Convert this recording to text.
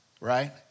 right